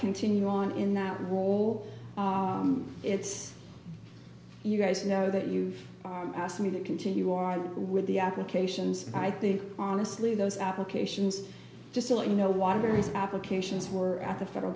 continue on in that role it's you guys now that you've asked me to continue on with the applications i think honestly those applications just like you know water is applications were at the federal